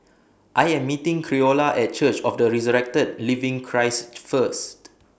I Am meeting Creola At Church of The Resurrected Living Christ First